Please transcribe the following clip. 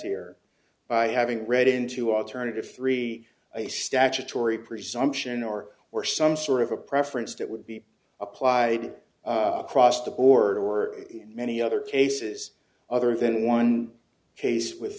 here by having read into alternative three a statutory presumption or or some sort of a preference that would be applied across the board or in many other cases other than one case with